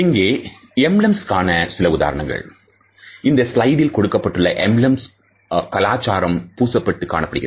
இங்கே எம்பிளம்ஸ் காண சில உதாரணங்கள் இந்த சிலைடில் கொடுக்கப்பட்ட எம்பிளம்ஸ் கலாச்சாரம் பூசப்பட்டு காணப்படுகின்றன